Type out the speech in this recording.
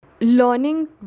Learning